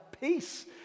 peace